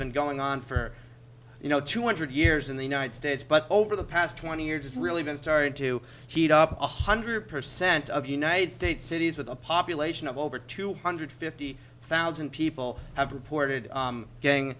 been going on for you know two hundred years in the united states but over the past twenty years it's really been starting to heat up one hundred percent of united states cities with a population of over two hundred fifty thousand people have reported gang